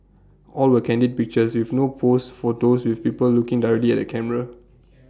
all were candid pictures with no posed photos with people looking directly at the camera